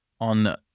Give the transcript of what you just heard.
on